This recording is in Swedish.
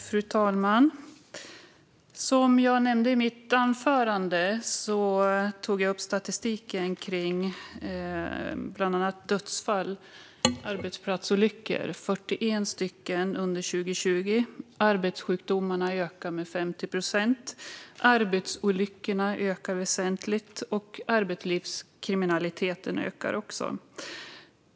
Fru talman! I mitt anförande tog jag upp statistiken över bland annat dödsfall och arbetsplatsolyckor. Under 2020 inträffade 41 stycken. Arbetssjukdomarna ökar med 50 procent, arbetsolyckorna ökar väsentligt och arbetslivskriminaliteten ökar också.